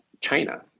China